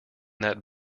that